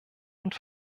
und